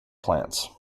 plants